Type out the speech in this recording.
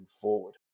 forward